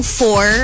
four